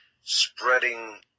spreading